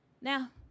Now